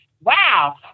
wow